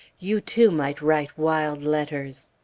you too might write wild letters!